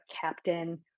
captain